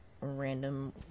random